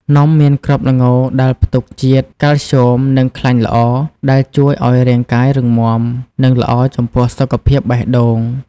នំមានគ្រាប់ល្ងដែលផ្ទុកជាតិ កាល់ស្យូម និង ខ្លាញ់ល្អ ដែលជួយឲ្យរាងកាយរឹងមាំ និងល្អចំពោះសុខភាពបេះដូង។